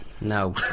No